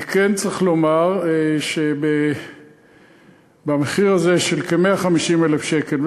אני כן צריך לומר שבמחיר הזה של כ-150,000 שקל,